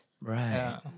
Right